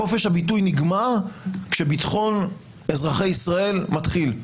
חופש הביטוי נגמר כשביטחון אזרחי ישראל מתחיל,